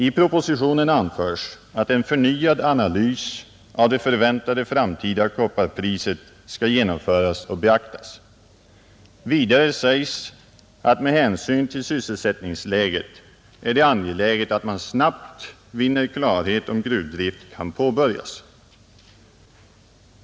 I propositionen anförs att en förnyad analys av det förväntade framtida kopparpriset skall genomföras och beaktas. Vidare sägs att det med hänsyn till sysselsättningsläget är angeläget att man snabbt vinner klarhet om gruvdrift kan påbörjas.